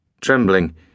Trembling